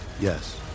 Yes